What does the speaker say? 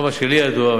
עד כמה שלי ידוע,